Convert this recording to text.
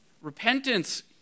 Repentance